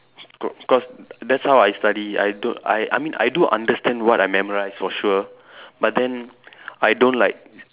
cau~ cause that's how I study I don't I I mean I do understand what I memorise for sure but then I don't like